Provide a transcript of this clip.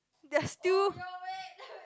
they're still